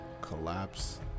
collapse